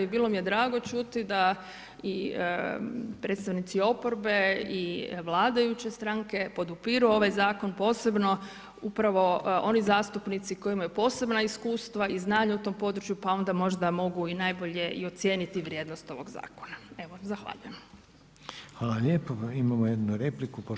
Bilo mi je drago čuti da i predstavnici oporbe, i vladajuće stranke podupiru ovaj zakon, posebno upravo oni zastupnici koji imaju posebna iskustva i znanja u tom području, pa možda mogu i najbolje ocijeniti vrijednost ovog zakona.